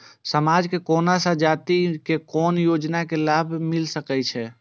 समाज में कोन सा जाति के कोन योजना के लाभ मिल सके छै?